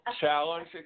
Challenge